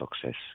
success